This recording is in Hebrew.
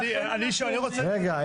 לא,